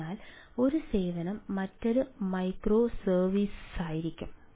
അതിനാൽ ഒരു സേവനം മറ്റൊരു മൈക്രോസർവീസായിരിക്കാം